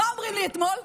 מה אומרים לי אתמול?